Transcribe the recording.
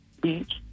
Beach